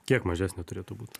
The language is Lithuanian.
kiek mažesnė turėtų būt